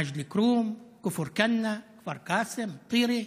מג'דל כרום, כפר כנא, כפר קאסם, טירה,